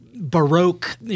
Baroque